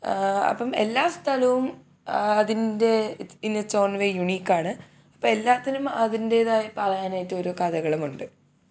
അപ്പം എല്ലാ സ്ഥലവും അതിൻ്റെ ഇൻ ഇറ്റ്സ് ഓൺ വേയ് യുനീക്കാണ് അപ്പോൾ എല്ലാത്തിനും അതിൻ്റേതായ പറയാനായിട്ടൊരോ കഥകളുമുണ്ട്